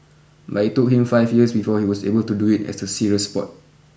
but it took him five years before he was able to do it as a serious sport